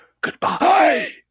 Goodbye